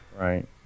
Right